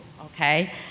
okay